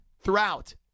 throughout